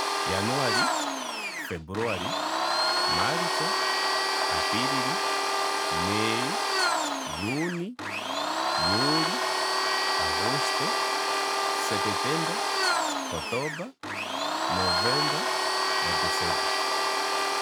Januali. Februali. Maalitsa. Apilili. May june. July. Auguste. Sepetemba. Kotoba. Novemba, na decemba